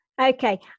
Okay